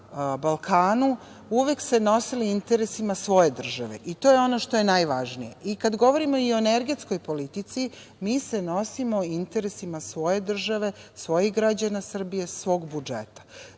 na Balkanu uvek nosili interesima svoje države i to je ono što je najvažnije. Kada govorimo i o energetskoj politici, mi se nosimo interesima svoje države, svojih građana Srbije, svog budžeta.